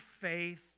faith